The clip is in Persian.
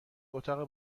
اتاق